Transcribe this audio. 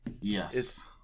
Yes